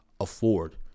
afford